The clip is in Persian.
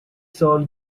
سال